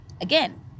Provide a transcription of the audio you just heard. again